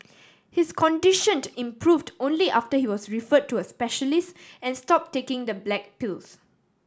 his conditioned improved only after he was referred to a specialist and stop taking the black pills